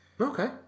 Okay